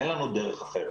אין לנו דרך אחרת.